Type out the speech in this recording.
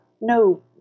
no